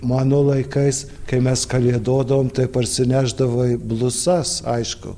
mano laikais kai mes kalėdodavom tai parsinešdavai blusas aišku